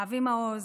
אבי מעוז,